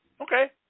Okay